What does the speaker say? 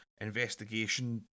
investigation